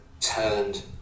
turned